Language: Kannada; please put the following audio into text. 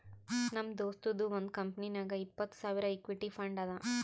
ನಮ್ ದೋಸ್ತದು ಒಂದ್ ಕಂಪನಿನಾಗ್ ಇಪ್ಪತ್ತ್ ಸಾವಿರ್ ಇಕ್ವಿಟಿ ಫಂಡ್ ಅದಾ